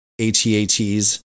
ATATs